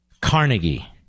Carnegie